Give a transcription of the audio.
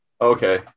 Okay